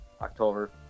october